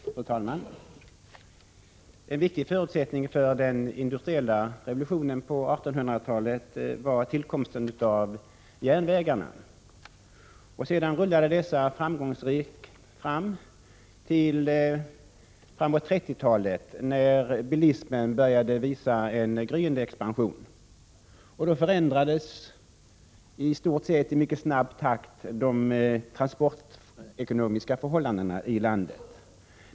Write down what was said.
Fru talman! En viktig förutsättning för den industriella revolutionen på 1800-talet var tillkomsten av järnvägarna. Sedan rullade verksamheten på dessa framgångsrikt till framåt 1930-talet, när bilismen började visa en gryende expansion. Då förändrades i mycket snabb takt de transportekonomiska förhållandena i landet.